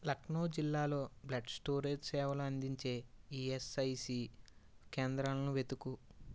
లక్నో జిల్లాలో blood storage సేవలు అందించే ఈఎస్ఐసి కేంద్రాలను వెతుకు